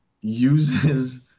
uses